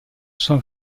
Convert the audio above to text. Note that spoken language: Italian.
sua